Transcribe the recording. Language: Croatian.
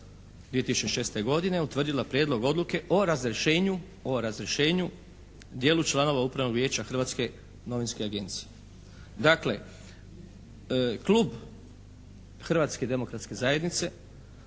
2006. godine utvrdila prijedlog odluke o razrješenju djelu članova Upravnog vijeća Hrvatske novinske agencije. Dakle, klub Hrvatske demokratske zajednice